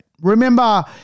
Remember